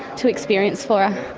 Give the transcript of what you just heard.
too experienced for